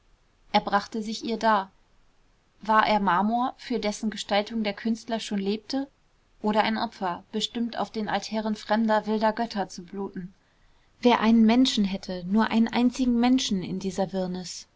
er brachte sich ihr dar war er marmor für dessen gestaltung der künstler schon lebte oder ein opfer bestimmt auf den altären fremder wilder götter zu bluten wer einen menschen hätte nur einen einzigen menschen in dieser wirrnis